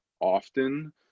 often